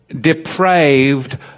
depraved